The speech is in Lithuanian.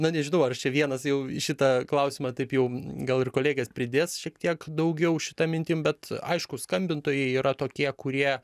na nežinau ar čia vienas jau į šitą klausimą taip jau gal ir kolegės pridės šiek tiek daugiau šita mintim bet aišku skambintojai yra tokie kurie